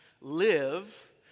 live